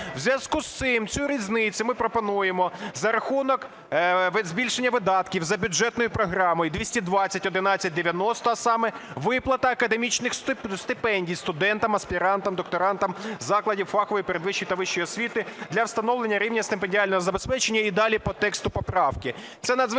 У зв'язку з цим цю різницю ми пропонуємо за рахунок збільшення видатків за бюджетною програмою: 2201190, а саме "Виплата академічних стипендій студентам, аспірантам, докторантам закладів фахової передвищої та вищої освіти для встановлення рівня стипендіального забезпечення" і далі по тексту поправки.